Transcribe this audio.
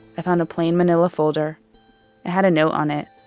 i found a plain manila folder. it had a note on it,